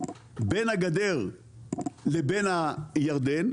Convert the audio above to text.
בין הגדר לבין הירדן,